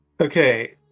Okay